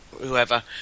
whoever